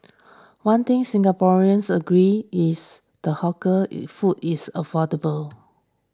one thing Singaporeans agree is the hawker food is affordable